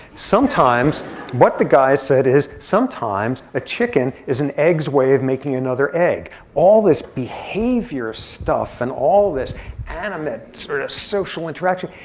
what the guy said is, sometimes a chicken is an egg's way of making another egg. all this behavior stuff, and all this animate sort of social interaction,